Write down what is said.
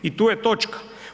I tu je točka.